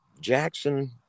Jackson